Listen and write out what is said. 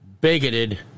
bigoted